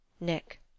Nick